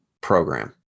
program